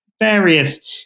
various